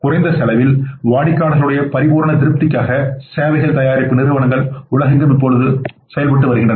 குறைந்த செலவில் வாடிக்கையாளர் உடைய பரிபூரண திருப்திக்காக சேவைகள் தயாரிப்பு நிறுவனங்களால் உலகெங்கும் இப்பொழுது வழங்கப்பட்டு வருகிறது